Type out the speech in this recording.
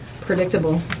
predictable